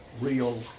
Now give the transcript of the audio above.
real